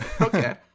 okay